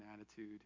attitude